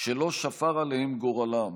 אשר לא שפר עליהם גורלם